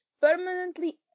permanently